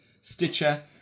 Stitcher